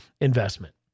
investment